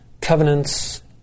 covenants